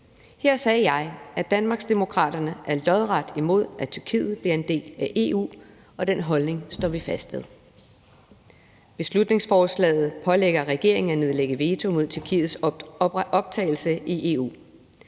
Her sagde jeg, at Danmarksdemokraterne er lodret imod, at Tyrkiet bliver en del af EU, og den holdning står vi fast ved. Beslutningsforslaget pålægger regeringen at nedlægge veto mod Tyrkiets optagelse i EU.